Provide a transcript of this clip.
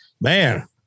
man